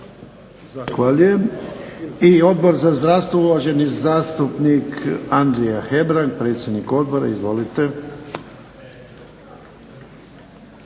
Zahvaljujem. I Odbor za zdravstvo, uvaženi zastupnik Andrija Hebrang, predsjednik odbora. Izvoltie.